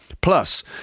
Plus